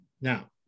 Now